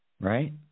right